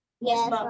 Yes